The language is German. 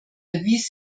erwies